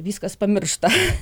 viskas pamiršta